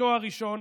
ותואר ראשון,